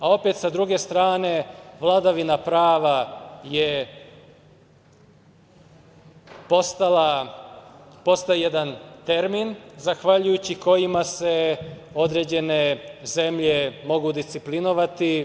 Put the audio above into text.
Opet, sa druge strane, vladavina prava je postala jedan termin zahvaljujući kojim se određene zemlje mogu disciplinovati.